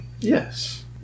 Yes